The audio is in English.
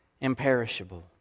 imperishable